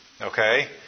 Okay